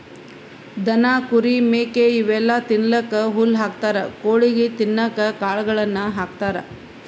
ದನ ಕುರಿ ಮೇಕೆ ಇವೆಲ್ಲಾ ತಿನ್ನಕ್ಕ್ ಹುಲ್ಲ್ ಹಾಕ್ತಾರ್ ಕೊಳಿಗ್ ತಿನ್ನಕ್ಕ್ ಕಾಳುಗಳನ್ನ ಹಾಕ್ತಾರ